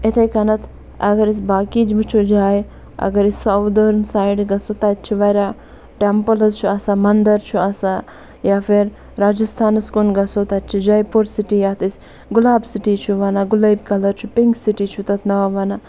یِتھٕے کٔنٮ۪تھ اگر أسۍ باقٕے وُچھو جایہِ اگر أسۍ ساودٲرٕن سایڈٕ گَژھو تتہِ چھِ واریاہ ٹیٚمپُلٕز چھِ آسان منٛدر چھُ آسان یا پھر راجستھانَس کُن گَژھو تتہِ چھِ جیپوٗر سِٹی اکھ یتھ أسۍ گُلاب سِٹی چھِ ونان گُلٲبۍ کَلَر چھُ پِنٛک سِٹی چھُ تتھ ناو ونان